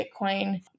Bitcoin